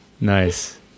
nice